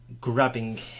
grabbing